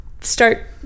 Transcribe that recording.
Start